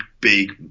big